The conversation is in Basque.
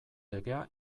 legea